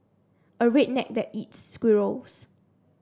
a redneck that eats squirrels